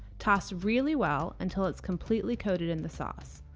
toss really well until it's completely coated in the sauce.